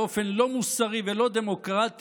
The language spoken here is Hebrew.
באופן לא מוסרי ולא דמוקרטי,